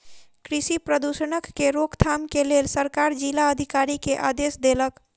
कृषि प्रदूषणक के रोकथाम के लेल सरकार जिला अधिकारी के आदेश देलक